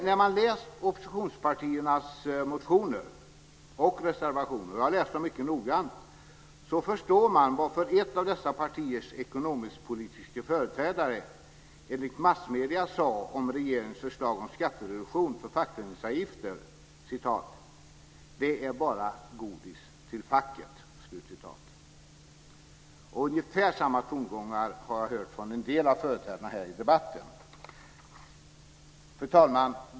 När man läst oppositionspartiernas motioner och reservationer - och jag har läst dem mycket noggrant - så förstår man varför ett av dessa partiers ekonomisk-politiske företrädare enligt massmedierna sade om regeringens förslag om skattereduktion för fackföreningsavgifter: "Det är bara godis till facket". Ungefär samma tongångar har jag hört från en del av företrädarna här i debatten. Fru talman!